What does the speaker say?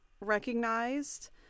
recognized